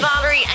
Valerie